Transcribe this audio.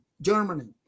Germany